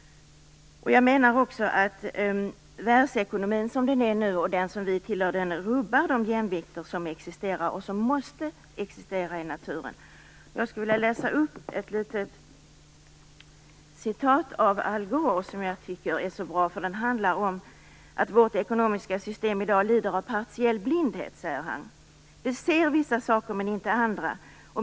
Jag menar också att världsekonomin rubbar de jämvikter som existerar och som måste existera i naturen. Jag skulle vilja läsa upp ett citat av Al Gore, som jag tycker är så bra. Han säger: "Den bistra sanningen är att vårt ekonomiska system lider av partiell blindhet. Det ser vissa saker men inte andra.